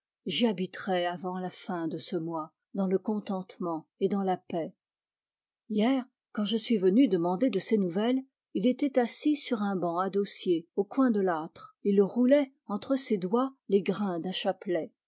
j'y habiterai avant la fin de ce mois dans le contentement et dans la paix hier quand je suis venu demander de ses nouvelles il était assis sur un banc à dossier au coin de l'âtre et il roulait entre ses doigts les grains d'un chapelet